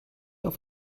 auf